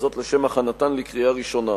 לשם הכנתן לקריאה ראשונה.